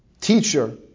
teacher